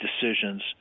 decisions